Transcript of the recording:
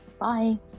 bye